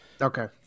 Okay